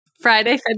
Friday